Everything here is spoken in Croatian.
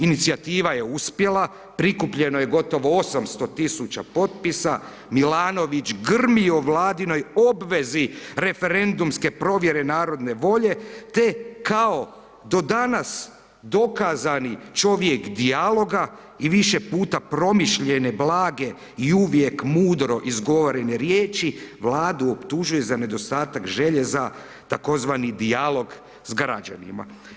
Inicijativa ja uspjela, prikupljeno je gotovo 800 tisuća potpisa, Milanović grmi o vladinoj obvezi referendumske provjere narodne volje, te kao do danas dokazani čovjek dijaloga i više puta promišljene, blage i uvijek mudro izgovorene riječi Vladu optužuje za nedostatak želje za tzv. dijalog s građanima.